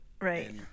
Right